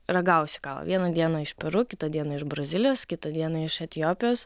ragausi gal vieną dieną iš peru kitą dieną iš brazilijos kitą dieną iš etiopijos